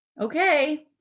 okay